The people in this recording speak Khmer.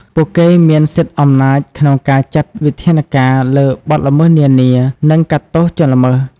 ពួកគេមានសិទ្ធិអំណាចក្នុងការចាត់វិធានការលើបទល្មើសនានា និងកាត់ទោសជនល្មើស។